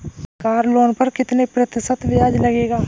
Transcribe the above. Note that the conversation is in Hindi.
कार लोन पर कितने प्रतिशत ब्याज लगेगा?